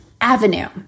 avenue